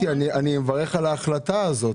אני מברך על ההחלטה הזאת.